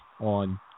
on